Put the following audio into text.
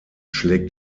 schlägt